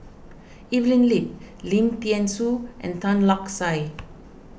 Evelyn Lip Lim thean Soo and Tan Lark Sye